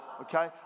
okay